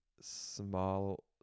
small